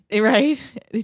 right